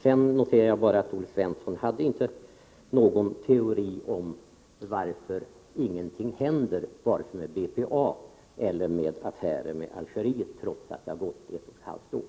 Sedan noterar jag bara att Olle Svensson inte hade någon teori om varför ingenting händer vare sig med BPA eller med Algerietaffären, trots att det gått ett och ett halvt år.